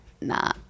Nah